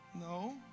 No